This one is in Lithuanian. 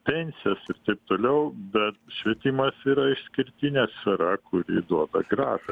pensijos ir taip toliau bet švietimas yra išskirtinė sfera kuri duoda grąžą